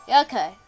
Okay